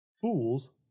Fools